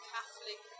Catholic